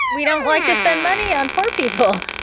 we don't like to spend money on poor people.